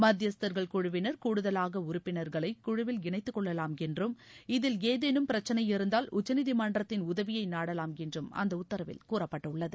மத்தியஸ்தர்கள் குழுவினர் கூடுதலாக உறுப்பினர்களை குழுவில் இணைத்துக் கொள்ளலாம் என்றும் இதில் ஏதேனும் பிரச்சனை இருந்தால் உச்சநீதிமன்றத்தின் உதவியை நாடலாம் என்றும் அந்த உத்தரவில் கூறப்பட்டுள்ளது